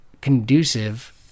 conducive